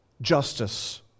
justice